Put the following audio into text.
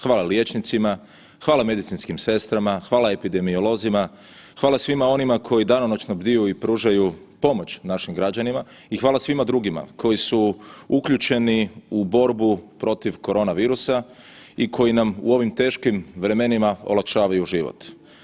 Hvala liječnicima, hvala medicinskim sestrama, hvala epidemiolozima, hvala svima onima koji danonoćno bdiju i pružaju pomoć našim građanima i hvala svima drugima koji su uključeni u borbu protiv korona virusa i koji nam u ovim teškim vremenima olakšavaju život.